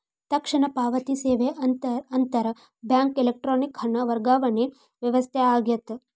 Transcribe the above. ತಕ್ಷಣದ ಪಾವತಿ ಸೇವೆ ಅಂತರ್ ಬ್ಯಾಂಕ್ ಎಲೆಕ್ಟ್ರಾನಿಕ್ ಹಣ ವರ್ಗಾವಣೆ ವ್ಯವಸ್ಥೆ ಆಗ್ಯದ